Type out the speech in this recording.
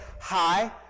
Hi